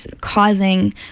causing